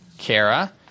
Kara